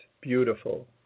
beautiful